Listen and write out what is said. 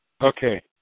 Okay